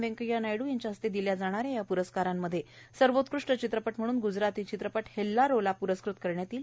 व्यंकय्या नायडू यांच्या हस्ते दिल्या जाणा या या प्रस्कारांमध्ये सर्वोत्कृष्ट चित्रपट म्हणून ग्जराती चित्रपट हेल्लारो ला प्रस्कृत करण्यात येईल